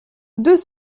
deux